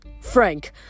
Frank